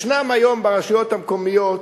ישנם היום ברשויות המקומיות